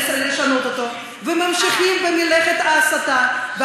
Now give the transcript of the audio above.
לשנות אותו וממשיכים במלאכת ההסתה.